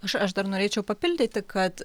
aš aš dar norėčiau papildyti kad